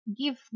give